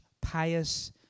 pious